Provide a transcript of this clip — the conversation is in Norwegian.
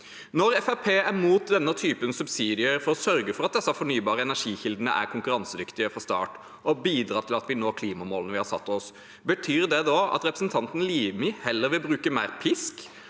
er imot denne typen subsidier for å sørge for at disse fornybare energikildene er konkurransedyktige fra start og bidrar til at vi når klimamålene vi har satt oss, betyr det at representanten Limi heller vil bruke mer pisk